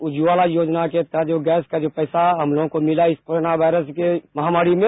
उज्जवला योजना के तहत जो गैस का जो पैसा हम लोगों को मिला इस कोरोना वायरस की महामारी में